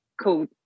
cool